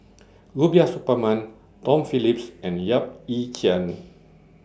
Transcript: Rubiah Suparman Tom Phillips and Yap Ee Chian